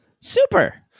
super